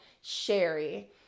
Sherry